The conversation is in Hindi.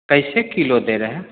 कैसे किलो दे रहे हैं